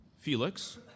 Felix